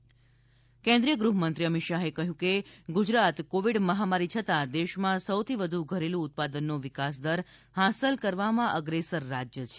Amit Shah flyover કેન્દ્રીય ગૃહમંત્રી અમિત શાહે કહ્યું છે કે ગુજરાત કોવિડ મહામારી છતાં દેશમાં સૌથી વધુ ઘરેલુ ઉત્પાદનનો વિકાસદર હાંસલ કરવામાં અગ્રેસર રાજ્ય છે